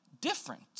different